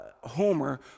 Homer